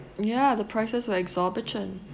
ya the prices were exorbitant